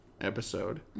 episode